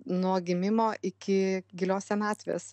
nuo gimimo iki gilios senatvės